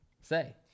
say